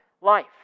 life